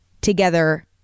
together